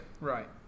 Right